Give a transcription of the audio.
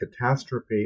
catastrophe